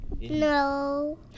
No